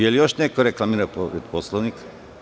Da li još neko reklamira povredu Poslovnika?